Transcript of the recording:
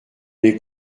est